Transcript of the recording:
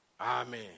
Amen